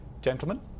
Gentlemen